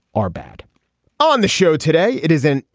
are back on the show today. it isn't.